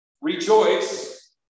rejoice